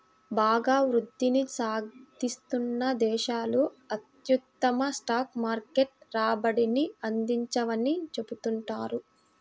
బాగా వృద్ధిని సాధిస్తున్న దేశాలు అత్యుత్తమ స్టాక్ మార్కెట్ రాబడిని అందించవని చెబుతుంటారు